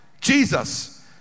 Jesus